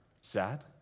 Sad